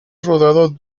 rodado